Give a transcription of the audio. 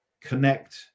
connect